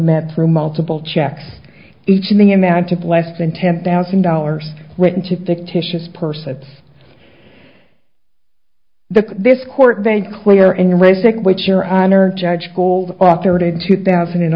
met through multiple checks each in the amount of less than ten thousand dollars written to fictitious person the this court date clear in racing which your honor judge gold authored two thousand and